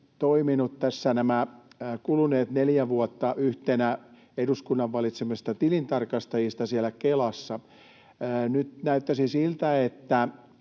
toiminut tässä nämä kuluneet neljä vuotta yhtenä eduskunnan valitsemista tilintarkastajista siellä Kelassa. Nyt näyttäisi siltä, että